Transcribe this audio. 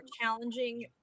challenging